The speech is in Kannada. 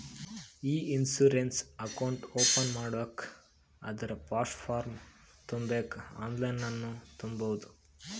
ಇ ಇನ್ಸೂರೆನ್ಸ್ ಅಕೌಂಟ್ ಓಪನ್ ಮಾಡ್ಬೇಕ ಅಂದುರ್ ಫಸ್ಟ್ ಫಾರ್ಮ್ ತುಂಬಬೇಕ್ ಆನ್ಲೈನನ್ನು ತುಂಬೋದು